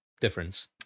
difference